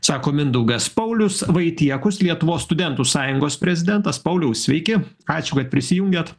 sako mindaugas paulius vaitiekus lietuvos studentų sąjungos prezidentas pauliau sveiki ačiū kad prisijungėt